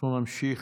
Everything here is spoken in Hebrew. אנחנו נמשיך.